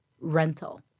rental